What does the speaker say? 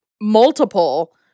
multiple